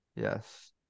Yes